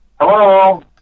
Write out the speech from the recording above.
Hello